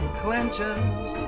clinches